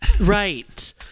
Right